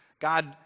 God